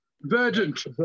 Verdant